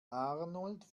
arnold